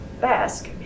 Basque